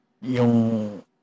Yung